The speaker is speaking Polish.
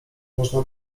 można